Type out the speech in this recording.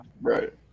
right